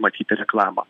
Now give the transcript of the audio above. matyti reklamą